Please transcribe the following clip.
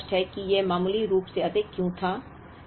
यह बहुत स्पष्ट है कि यह मामूली रूप से अधिक क्यों था